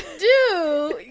do?